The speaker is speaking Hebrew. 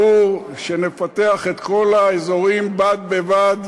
ברור שנפתח את כל האזורים בד בבד,